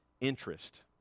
interest